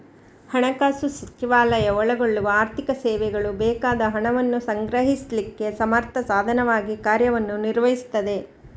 ಹಣಕಾಸು ಸಚಿವಾಲಯ ಒಳಗೊಳ್ಳುವ ಆರ್ಥಿಕ ಸೇವೆಗಳು ಬೇಕಾದ ಹಣವನ್ನ ಸಂಗ್ರಹಿಸ್ಲಿಕ್ಕೆ ಸಮರ್ಥ ಸಾಧನವಾಗಿ ಕಾರ್ಯವನ್ನ ನಿರ್ವಹಿಸ್ತದೆ